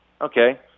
okay